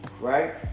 Right